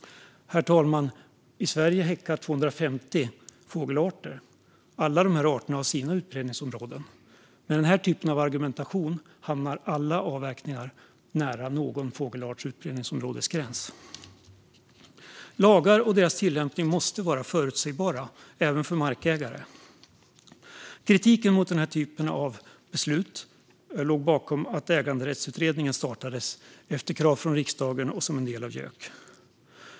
Herr talman! I Sverige häckar 250 fågelarter, och alla arterna har sina utbredningsområden. Med den här typen av argumentation hamnar alla avverkningar nära någon fågelarts utbredningsområdesgräns. Lagar och dess tillämpningar måste vara förutsägbara, även för markägare. Kritiken mot den här typen av beslut låg bakom att Äganderättsutredningen startades efter krav från riksdagen och som en del av JÖK.